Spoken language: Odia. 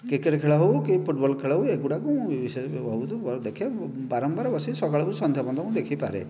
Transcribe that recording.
କ୍ରିକେଟ୍ ଖେଳ ହେଉ କି ଫୁଟବଲ୍ ହେଉ ଏଗୁଡ଼ିକ ମୁଁ ବହୁତ ଦେଖେ ବାରମ୍ବାର ବସିକି ସକାଳରୁ ସନ୍ଧ୍ୟା ପର୍ଯ୍ୟନ୍ତ ବସି ମୁଁ ଦେଖିପାରେ